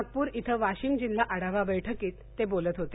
नागपूर इथं वाशिम जिल्हा आढावा बैठकीत ते बोलत होते